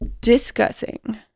Discussing